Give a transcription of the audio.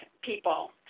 people